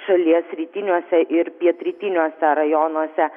šalies rytiniuose ir pietrytiniuose rajonuose